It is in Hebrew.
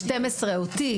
אותי,